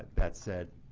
that said,